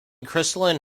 crystalline